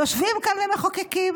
יושבים כאן ומחוקקים.